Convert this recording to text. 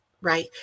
right